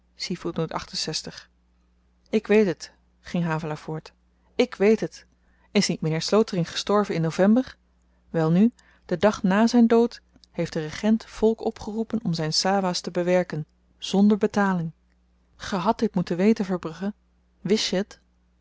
ik weet het ging havelaar voort ik weet het is niet m'nheer slotering gestorven in november welnu den dag na zyn dood heeft de regent volk opgeroepen om zyn sawahs te bewerken zonder betaling ge hadt dit moeten weten verbrugge wist je t